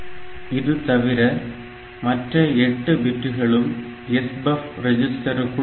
இது தவிர மற்ற 8 பிட்களும் SBUF ரெஜிஸ்டருக்குள் செல்லும்